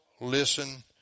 listen